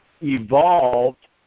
evolved